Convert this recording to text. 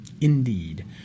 Indeed